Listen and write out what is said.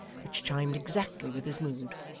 which chimed exactly with his mood.